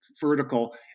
vertical